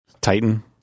Titan